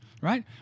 Right